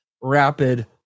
rapid